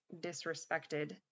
disrespected